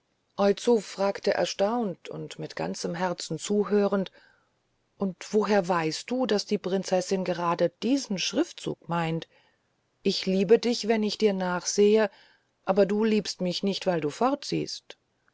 fragte erstaunt und mit ganzem herzen zuhörend und woher weißt du daß die prinzessin gerade diesen schriftzug meint ich liebe dich wenn ich dir nachsehe aber du liebst mich nicht weil du